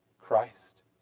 Christ